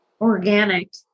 organic